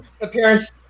appearance